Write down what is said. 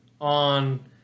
on